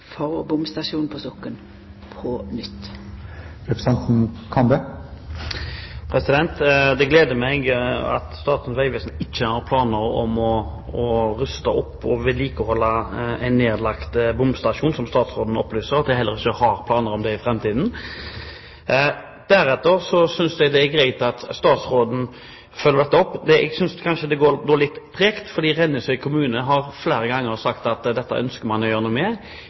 for bomstasjonen på Sokn på nytt. Det gleder meg at Statens vegvesen ikke har planer om nå å ruste opp og vedlikeholde en nedlagt bomstasjon, slik statsråden opplyser, og at de heller ikke har planer om det i framtiden. Dernest synes jeg det er greit at statsråden følger dette opp, for jeg synes kanskje det går litt tregt. Rennesøy kommune har flere ganger sagt at dette ønsker man å gjøre noe med.